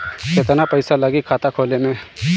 केतना पइसा लागी खाता खोले में?